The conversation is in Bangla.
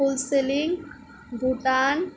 কুলসেলিং ভুটান